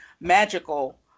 magical